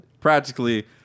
Practically